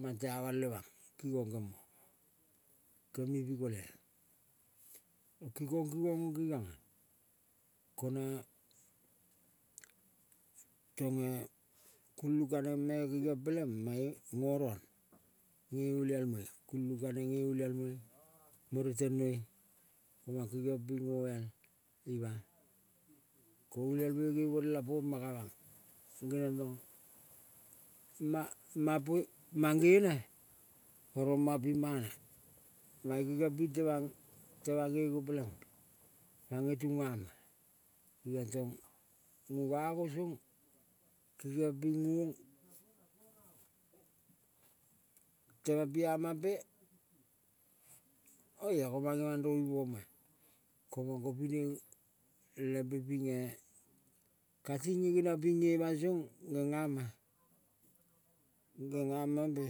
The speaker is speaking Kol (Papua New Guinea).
Mang tea balve mang kingong kemo pi kole. Kingong, kingong ong kengiong tange kulung kaneng me, kengiong peleng mae ngo ron nge. Olialmoi kulang kaneng nge olialmoi mo reteng noi mang kengiong pi ngoial ima ko olial nge bonela poma kamang, mangene oro mapi mana, mange kengiong pang temang, temang gengo peleng mange tunga ma. Kengiong tong ngonga ngo song kengiong ping nguong temang, pia mampe oia ko mange mandrovi poma lempe pinge kating nge geniong ping ngemang song. Gengama mampe